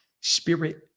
spirit